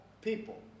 people